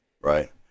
right